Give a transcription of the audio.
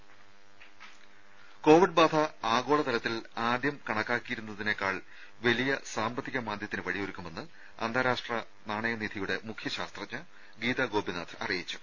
രുമ കോവിഡ് ആഗോളതലത്തിൽ ബാന ആദ്യം കണക്കാക്കിയതിനേക്കാൾ വലിയ സാമ്പത്തിക മാന്ദ്യത്തിന് വഴിയൊരുക്കുമെന്ന് അന്താരാഷ്ട്ര നാണയനിധിയുടെ മുഖ്യ ശാസ്ത്രജ്ഞ ഗീതാ ഗോപിനാഥ് അറിയിച്ചു